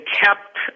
kept